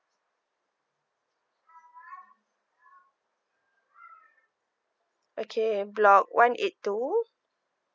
okay block one eight two